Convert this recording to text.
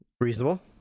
Reasonable